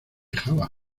java